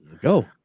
Go